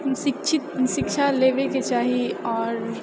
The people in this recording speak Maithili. शिक्षित शिक्षा लेबएके चाही आओर